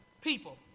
people